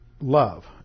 love